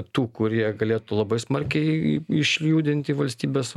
tų kurie galėtų labai smarkiai išjudinti valstybės